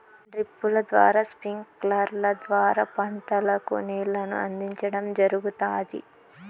డ్రిప్పుల ద్వారా స్ప్రింక్లర్ల ద్వారా పంటలకు నీళ్ళను అందించడం జరుగుతాది